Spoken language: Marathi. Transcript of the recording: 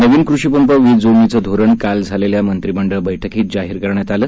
नवीन कृषीपंप वीज जोडणीचं धोरण काल झालेल्या मंत्रिमंडळ बैठकीत जाहीर करण्यात आलं